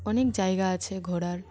অনেক জায়গা আছে ঘোরার